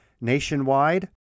nationwide